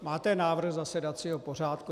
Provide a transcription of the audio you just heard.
Máte návrh zasedacího pořádku.